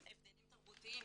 הבדלים תרבותיים,